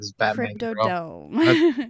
Cryptodome